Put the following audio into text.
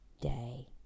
day